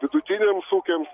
vidutiniams ūkiams